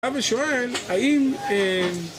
אבא שואל, האם א...